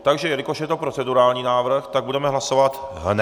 Takže jelikož je to procedurální návrh, tak budeme hlasovat hned.